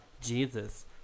Jesus